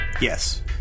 Yes